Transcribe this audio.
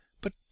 But